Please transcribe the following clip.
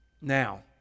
Now